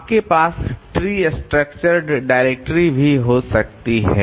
आपके पास tree structured directory भी हो सकती है